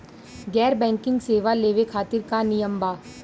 गैर बैंकिंग सेवा लेवे खातिर का नियम बा?